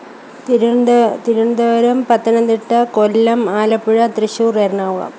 Thiruvananthapuram Thiruvananthapuram Pathanamthitta Kollam Alappuzha Thrissur Ernakulam